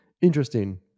interesting